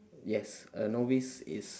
yes a novice is